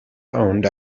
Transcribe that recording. owned